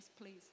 please